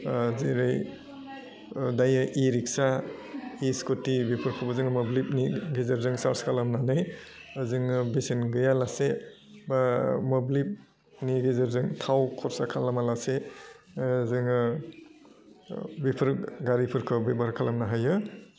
ओह जेरै दायो इरिक्सा इसकुटि बेफोरखौबो जोङो मोब्लिबनि गेजेरजों सार्च खालामनानै जोङो बेसेन गैया लासे बा मोब्लिबनि गेजेरजों थाव खर्सा खालामा लासे ओह जोङो बेफोर गारिफोरखौ बेब'हार खालामनो हायो